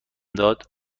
داد